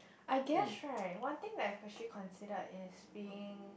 I guess right what think that she consider is being